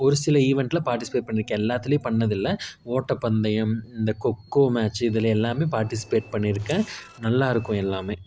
ஒரு சில ஈவென்ட்டில் பார்ட்டிசிபேட் பண்ணியிருக்கேன் எல்லாத்துலேயும் பண்ணதில்லை ஓட்ட பந்தயம் இந்த கொக்கோ மேட்சு இதில் எல்லாமே பார்ட்டிசிபேட் பண்ணியிருக்கேன் நல்லா இருக்கும் எல்லாமே